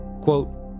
Quote